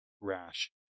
rash